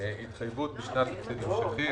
התחייבויות בשנת תקציב המשכי.